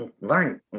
learn